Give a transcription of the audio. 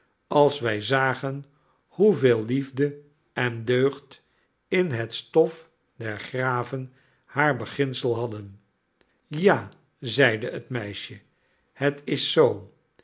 als wij zagen hoeveel liefde en deugd in het stof der graven haar beginsel hadden ta zeide het meisje het is zoo